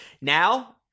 Now